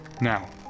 Now